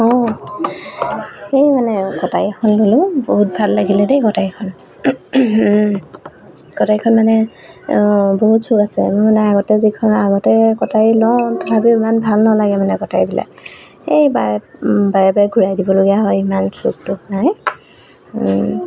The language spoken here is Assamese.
অঁ এই মানে কটাৰী এখন ধুলোঁ বহুত ভাল লাগিলে দেই কটাৰীখন কটাৰীখন মানে অ বহুত চোক আছে নহলে আগতে যিখন আগতে কটাৰী লওঁ তথাপিও ইমান ভাল নালাগে মানে কটাৰীবিলাক এই বাৰে বাৰে বাৰে ঘূৰাই দিবলগীয়া হয় ইমান চোক তোক নাই